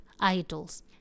idols